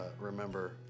remember